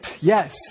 Yes